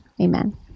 Amen